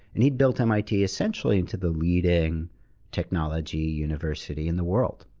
and he'd built mit essentially into the leading technology university in the world.